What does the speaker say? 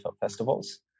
festivals